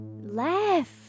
Left